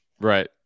Right